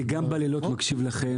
אני מקשיב לכם